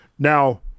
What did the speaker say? Now